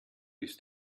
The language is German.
ist